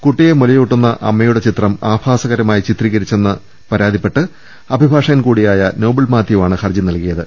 കുട്ടിയെ മൂലയുട്ടുന്ന അമ്മയുടെ ചിത്രം ആ ഭാ സ ക ര മാ യി ചിത്രീക രിച്ചു വെ ന്ന പ രാ തി പ്പെട്ട് അഭിഭാഷകൻ കൂടിയായ നോബിൾ മാത്യുവാണ് ഹർജി നൽകിയത്